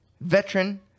veteran